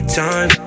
time